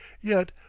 yet,